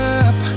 up